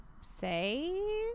say